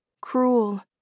cruel